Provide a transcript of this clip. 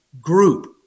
group